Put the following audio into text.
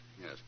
yes